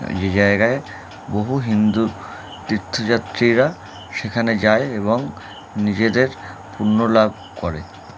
যে জায়গায় বহু হিন্দু তীর্থ যাত্রীরা সেখানে যায় এবং নিজেদের পূণ্য লাভ করে